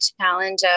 challenge